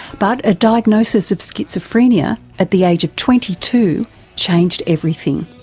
but a diagnosis of schizophrenia at the age of twenty two changed everything.